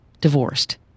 divorced